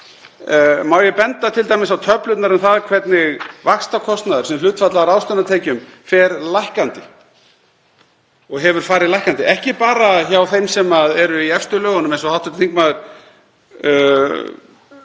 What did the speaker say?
Má ég t.d. benda á töflurnar um það hvernig vaxtakostnaður sem hlutfall af ráðstöfunartekjum fer lækkandi og hefur farið lækkandi, ekki bara hjá þeim sem eru í efstu lögunum, eins og hv. þingmaður